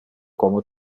como